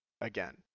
again